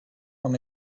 from